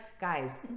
Guys